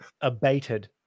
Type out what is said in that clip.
abated